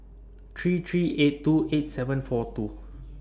three three eight two eight seven four two